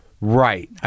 Right